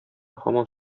һаман